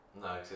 no